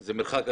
זה מרחק אדיר.